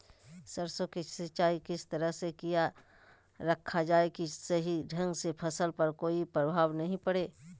सरसों के सिंचाई किस तरह से किया रखा जाए कि सही ढंग से फसल पर कोई प्रभाव नहीं पड़े?